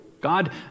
God